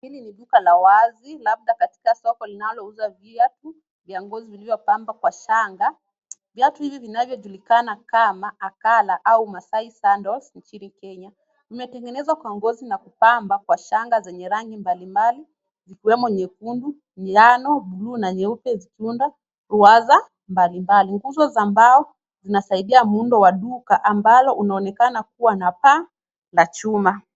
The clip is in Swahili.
Hili ni duka la wazi labda katika soko linalouza viatu vya ngozi zilizo pamba kwa shanga. Viatu hivi vinajulikana kama akala au maasai sandle injini Kenya. Imetengenezwa kwa ngozi na kupamba kwa shanga zenye rangi mbali mbali vikiwemo nyekundu miyano bluu na nyeupe zikiunda uwaza mbalimbali. Nguzo za mbao vinazaidia muundo wa duka ambalo unaonekana kuwa na paa la chuma.